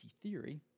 theory